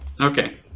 Okay